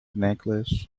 necklace